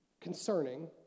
concerning